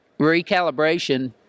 recalibration